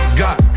got